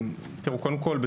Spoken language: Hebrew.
קודם כול,